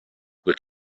but